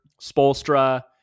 Spolstra